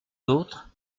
d’autres